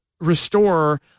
restore